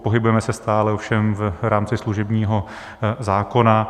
Pohybujeme se stále ovšem v rámci služebního zákona.